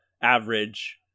average